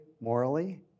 morally